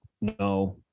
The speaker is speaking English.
no